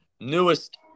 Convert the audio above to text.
newest